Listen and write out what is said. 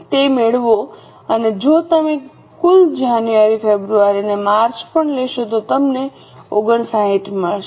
તે મેળવો અને જો તમે કુલ જાન્યુ ફેબ્રુઆરી અને માર્ચ પણ લેશો તો તમને 59 મળશે